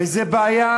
וזו בעיה